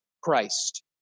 Christ